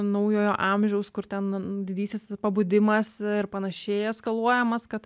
naujojo amžiaus kur ten didysis pabudimas ir panašiai eskaluojamas kad